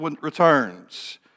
returns